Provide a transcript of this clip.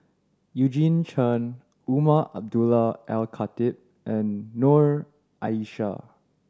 Eugene Chen Umar Abdullah Al Khatib and Noor Aishah